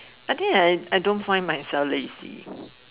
I think I I don't find myself lazy